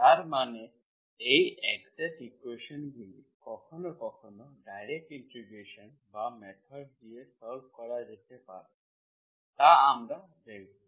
তার মানে এই একজ্যাক্ট ইকুয়েশন্সগুলি কখনও কখনও ডাইরেক্ট ইন্টিগ্রেশন বা মেথড দিয়ে সল্ভ করা যেতে পারে তা আমরা দেখব